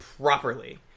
properly